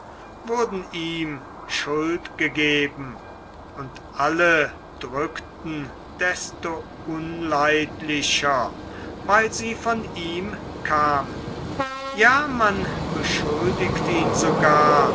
wurden ihm schuld gegeben und alle drückten desto unleidlicher weil sie von ihm kamen ja man beschuldigt ihn sogar